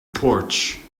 porch